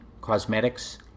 cosmetics